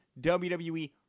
WWE